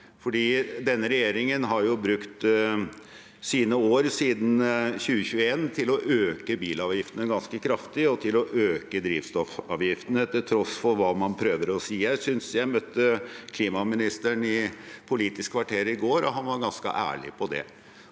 denne regjeringen har brukt sine år siden 2021 til å øke bilavgiftene ganske kraftig og til å øke drivstoffavgiftene, til tross for hva man prøver å si. Jeg møtte klimaministeren i Politisk kvarter i går, og han var ganske ærlig på det.